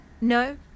No